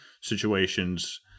situations